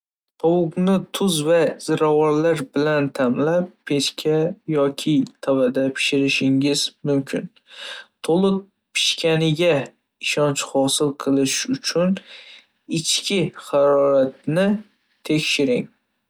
Tovuqni tuz va ziravorlar bilan ta'mlab, pechga yoki tovada pishirishingiz mumkin. To'liq pishganiga ishonch hosil qilish uchun ichki haroratni tekshiring.